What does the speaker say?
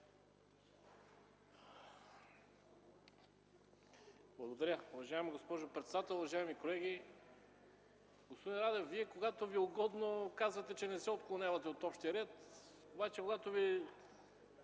Благодаря, уважаема госпожо председател. Уважаеми колеги, господни Радев, когато Ви е угодно казвате, че не се отклонявате от общия ред, но когато не